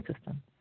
system